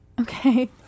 Okay